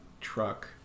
truck